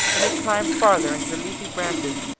then he climbed farther into the leafy branches,